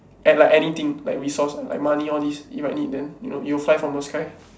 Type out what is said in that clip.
and like anything like resource ah like money all this if i might need them you know you fly from the sky